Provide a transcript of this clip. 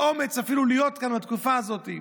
אין לו אומץ אפילו להיות כאן בתקופה הזאת.